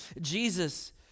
Jesus